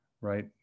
right